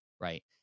right